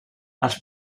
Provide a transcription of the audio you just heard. els